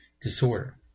disorder